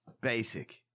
Basic